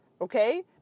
Okay